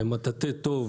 מטאטא טוב